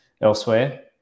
elsewhere